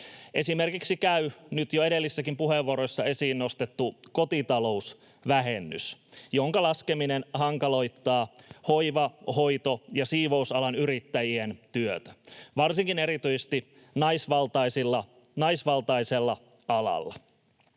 Esimerkiksi käy nyt jo edellisissäkin puheenvuoroissa esiin nostettu kotitalousvähennys, jonka laskeminen hankaloittaa hoiva-, hoito- ja siivousalan yrittäjien työtä, erityisesti naisvaltaista alaa.